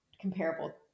comparable